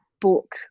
book